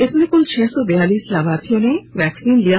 इसमें क्ल छह सौ बयालीस लाभार्थियों ने वैक्सीन लिया